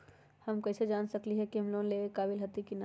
हम कईसे जान सकली ह कि हम लोन लेवे के काबिल हती कि न?